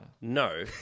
No